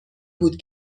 بود